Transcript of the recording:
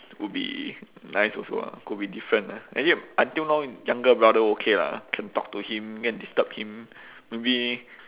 would be nice also ah could be different lah actually until now younger brother okay lah can talk to him go and disturb him maybe